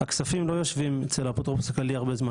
הכספים לא יושבים אצל האפוטרופוס הכללי הרבה זמן,